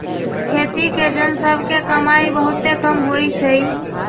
खेती के जन सभ के कमाइ बहुते कम होइ छइ